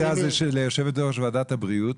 פניתי אז ליושבת ראש ועדת הבריאות